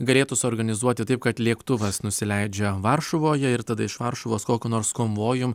galėtų suorganizuoti taip kad lėktuvas nusileidžia varšuvoje ir tada iš varšuvos kokiu nors konvojum